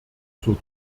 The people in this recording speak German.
zur